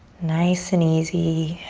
nice and easy.